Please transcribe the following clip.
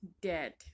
dead